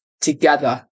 together